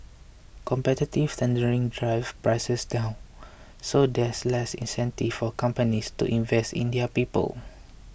competitive tendering drive prices down so there's less incentive for companies to invest in their people